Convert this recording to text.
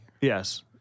Yes